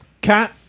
cat